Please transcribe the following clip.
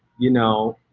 you know,